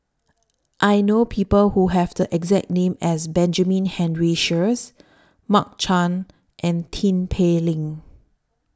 I know People Who Have The exact name as Benjamin Henry Sheares Mark Chan and Tin Pei Ling